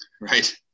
right